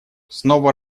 снова